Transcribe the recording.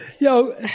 yo